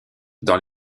dans